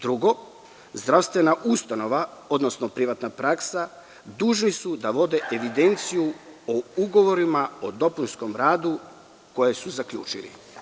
Drugo, zdravstvene ustanova, odnosno privatna praksa dužni su da vode evidenciju o ugovorima o dopunskom radu koje su zaključili.